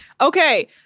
Okay